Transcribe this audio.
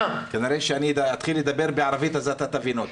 כנראה שאני אתחיל לדבר בערבית, אז אתה תבין אותי.